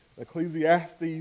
Ecclesiastes